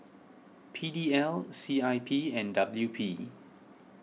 P D L C I P and W P